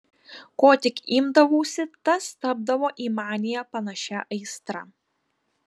ko tik imdavausi tas tapdavo į maniją panašia aistra